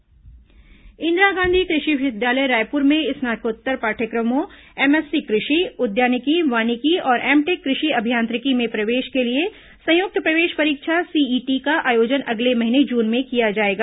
कृषि विवि प्रवेश परीक्षा इंदिरा गांधी कृषि विश्वविद्यालय रायपुर में स्नातकोत्तर पाठ्यक्रमों एमएससी कृषि उद्यानिकी वानिकी और एमटेक कृषि अभियांत्रिकी में प्रवेश के लिए संयुक्त प्रवेश परीक्षा सीईटी का आयोजन अगले महीने जून में किया जाएगा